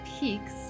peaks